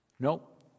Nope